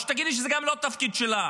או שתגידי שגם זה לא תפקיד שלך.